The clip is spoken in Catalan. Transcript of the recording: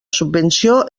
subvenció